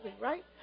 right